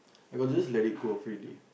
I got to just let it go freely